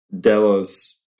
Delos